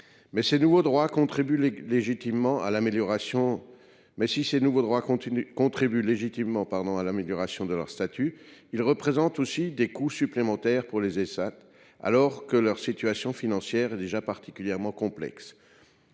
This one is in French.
si ces nouveaux droits contribuent légitimement à l’amélioration de leur statut, ils représentent aussi des coûts supplémentaires pour les Ésat, alors que la situation financière de ces derniers est déjà particulièrement complexe.